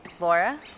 Laura